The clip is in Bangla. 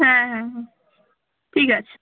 হ্যাঁ হ্যাঁ হুম ঠিক আছে